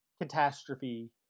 catastrophe